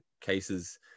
cases